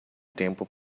tempo